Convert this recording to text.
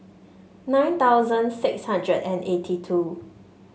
nine thousand six hundred and eighty two